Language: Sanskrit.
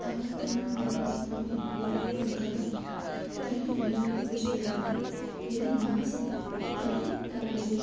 तावत् दूरं यदि अस्माभिः कूर्दित्वा गतं तर्हि वयमेव विजेतारः यदि नास्ति तर्हि पराजयं